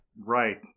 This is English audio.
Right